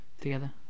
together